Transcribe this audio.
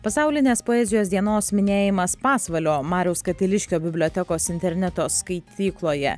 pasaulinės poezijos dienos minėjimas pasvalio mariaus katiliškio bibliotekos interneto skaitykloje